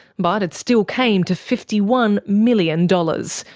but it still came to fifty one million dollars,